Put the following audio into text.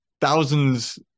thousands